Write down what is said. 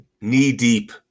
knee-deep